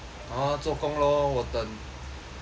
哦做工咯我等